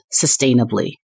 sustainably